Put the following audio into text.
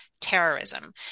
terrorism